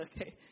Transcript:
Okay